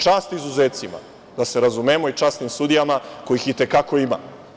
Čast izuzecima, da se razumemo, i časnim sudijama kojih i te kako ima.